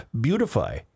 beautify